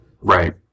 Right